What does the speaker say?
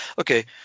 okay